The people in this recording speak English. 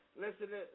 listen